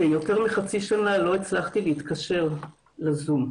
שיותר מחצי שנה לא הצלחתי להתקשר לזום.